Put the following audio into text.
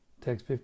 Text